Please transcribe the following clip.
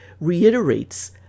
reiterates